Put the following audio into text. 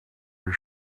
your